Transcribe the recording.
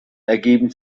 ergeben